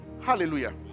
Hallelujah